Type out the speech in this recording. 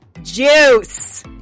juice